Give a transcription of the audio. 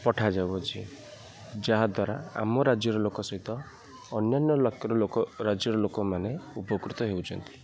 ପଠାଯାଉଅଛି ଯାହାଦ୍ୱାରା ଆମ ରାଜ୍ୟର ଲୋକ ସହିତ ଅନ୍ୟାନ୍ୟ ଲୋକ ରାଜ୍ୟର ଲୋକମାନେ ଉପକୃତ ହେଉଛନ୍ତି